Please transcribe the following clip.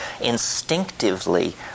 instinctively